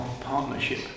Partnership